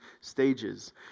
stages